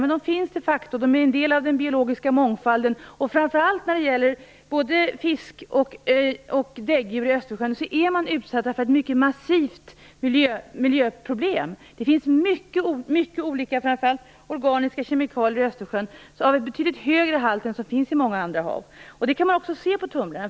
Men de finns de facto och är en del av den biologiska mångfalden. Både fisk och däggdjur i Östersjön är utsatta för ett mycket massivt miljöproblem. Det finns många olika framför allt organiska kemikalier i Östersjön i betydligt högre halter än i många andra hav. Det kan man också se på tumlarna.